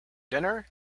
dinner